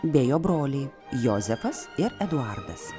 bei jo broliai jozefas ir eduardas